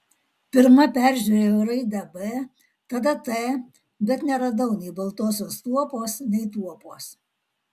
pirma peržiūrėjau raidę b tada t bet neradau nei baltosios tuopos nei tuopos